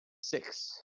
six